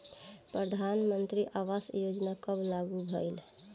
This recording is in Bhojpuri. प्रधानमंत्री आवास योजना कब लागू भइल?